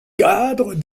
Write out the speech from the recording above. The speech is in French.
cadres